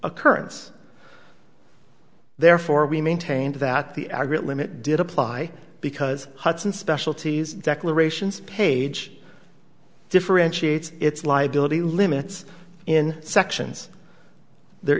occurrence therefore we maintained that the aggregate limit did apply because hudson specialities declarations page differentiates its liability limits in sections there